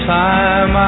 time